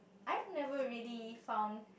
I've never really found